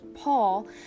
Paul